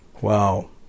wow